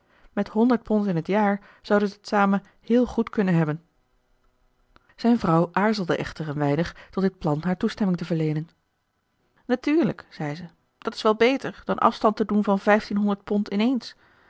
met honderd pond in t jaar zouden ze t samen heel goed kunnen hebben zijn vrouw aarzelde echter een weinig tot dit plan haar toestemming te verleenen natuurlijk zei ze dat is wel beter dan afstand te doen van vijftienhonderd pond ineens